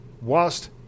whilst